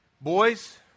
boys